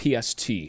PST